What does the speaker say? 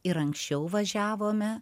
ir anksčiau važiavome